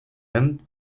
end